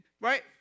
Right